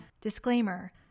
Disclaimer